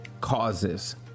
causes